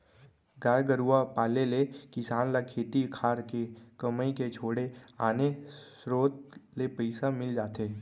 गाय गरूवा पाले ले किसान ल खेती खार के कमई के छोड़े आने सरोत ले पइसा मिल जाथे